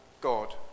God